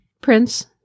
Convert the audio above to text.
Prince